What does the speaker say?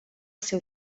seu